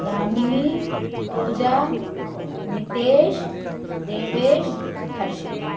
Damini Pooja Nitesh Devesh Harshita